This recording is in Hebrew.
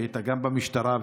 כשהיית במשטרה,